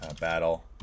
battle